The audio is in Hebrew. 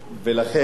ולכן,